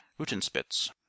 rutenspitz